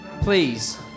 please